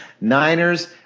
Niners